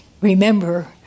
remember